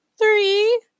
Three